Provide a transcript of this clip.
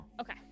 Okay